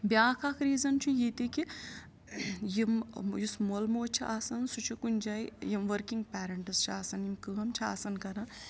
بیٛاکھ اَکھ ریٖزَن چھُ یہ تہِ کہِ یِم یُس مول موج چھُ آسَان سُہ چھُ کُنہِ جایہِ یِم ؤرکِنٛگ پیرَنٹٕس چھِ آسَان یِم کٲم چھِ آسَان کَرَان